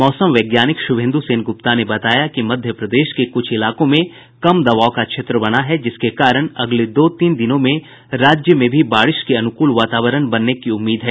मौसम वैज्ञानिक शुभेंदु सेन गुप्ता ने बताया कि मध्य प्रदेश के कुछ इलाकों में कम दबाव का क्षेत्र बना है जिसके कारण अगले दो तीन दिनों में राज्य में भी बारिश के अनुकूल वातावरण बनने की उम्मीद है